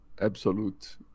absolute